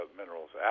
minerals